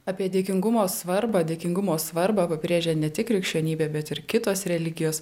apie dėkingumo svarbą dėkingumo svarbą pabrėžė ne tik krikščionybė bet ir kitos religijos